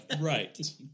Right